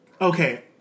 okay